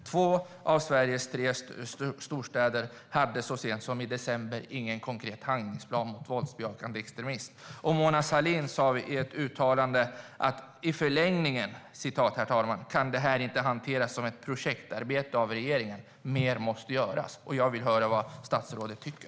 Två av Sveriges tre storstäder hade så sent som i december ingen konkret handlingsplan mot våldsbejakande extremism. Herr talman! Mona Sahlin sa i ett uttalande: I förlängningen kan det här inte hanteras som ett projektarbete av regeringen. Mer måste göras. Jag vill höra vad statsrådet tycker.